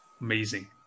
amazing